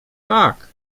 tak